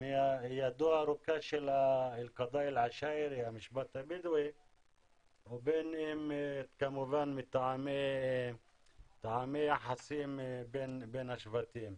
מידו הארוכה של המשפט הבדואי ובין אם כמובן מטעמי יחסים בין השבטים.